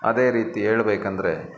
ಅದೇ ರೀತಿ ಹೇಳ್ಬೇಕೆಂದ್ರೆ